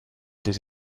des